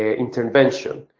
intervention.